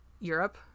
Europe